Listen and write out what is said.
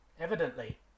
Evidently